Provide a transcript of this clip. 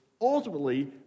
ultimately